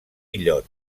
illot